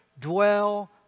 dwell